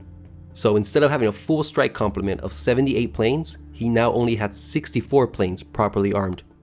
so instead of having a full strike complement of seventy eight planes, he now only had sixty four planes properly armed.